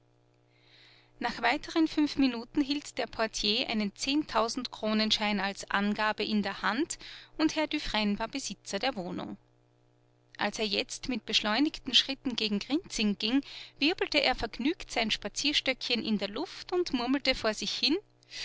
nach weiteren fünf minuten hielt der portier einen zehntausendkronenschein als angabe in der hand und herr dufresne war besitzer der wohnung als er jetzt mit beschleunigten schritten gegen grinzing ging wirbelte er vergnügt sein spazierstöckchen in der luft und murmelte vor sich hin